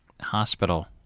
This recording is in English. hospital